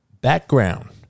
background